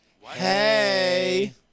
Hey